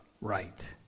right